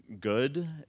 good